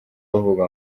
bavuga